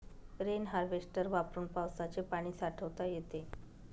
rain harvester वापरून पावसाचे पाणी साठवता येते